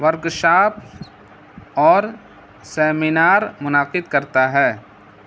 workshop اور seminar منعقد کرتا ہے